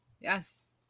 Yes